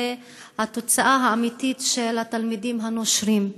התוצאה האמיתית של התלמידים הנושרים.